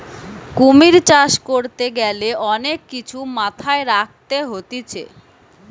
কুমির চাষ করতে গ্যালে অনেক কিছু মাথায় রাখতে হতিছে